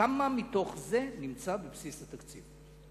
כמה מתוך זה נמצא בבסיס התקציב?